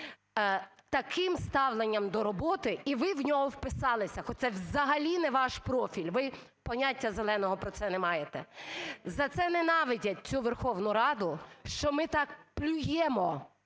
Таким ставленням до роботи… і ви в нього вписалися, хоча це взагалі не ваш профіль, ви поняття зеленого про це не маєте. За це ненавидять цю Верховну Раду, що ми так плюємо